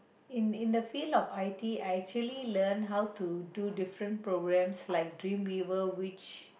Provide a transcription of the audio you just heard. in in the field of I_T I actually learn how to do different programmes like dream we were rich